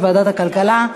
נתקבלה.